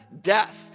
death